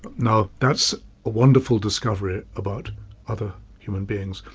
now that's a wonderful discovery about other human beings.